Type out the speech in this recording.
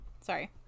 sorry